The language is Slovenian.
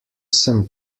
sem